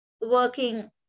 working